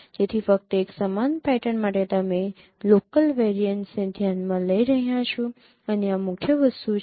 તેથી ફક્ત એક સમાન પેટર્ન માટે તમે લોકલ વેરિયન્સને ધ્યાન માં લઈ રહ્યા છો અને આ મુખ્ય વસ્તુ છે